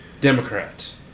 Democrats